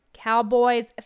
Cowboys